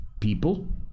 people